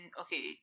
okay